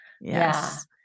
Yes